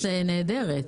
תודה.